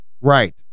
right